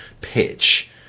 pitch